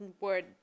word